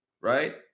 Right